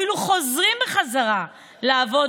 חלק מהמטפלים אפילו חוזרים בחזרה לעבוד